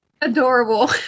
Adorable